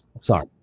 Sorry